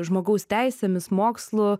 žmogaus teisėmis mokslu